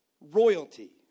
royalty